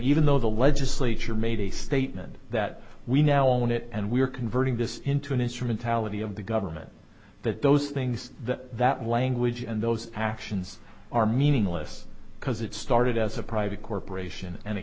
even though the legislature made a statement that we now own it and we are converting this into an instrument tally of the government that those things that that language and those actions are meaningless because it started as a private corporation and it